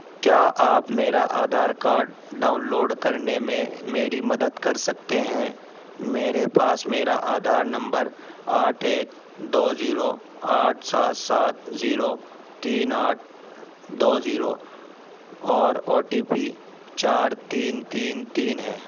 کیا آپ میرا آدھار کارڈ ڈاؤن لوڈ کرنے میں میری مدد کر سکتے ہیں میرے پاس میرا آدھار نمبر آٹھ ایک دو زیرو آٹھ سات سات زیرو تین آٹھ دو زیرو اور او ٹی پی چار تین تین تین ہے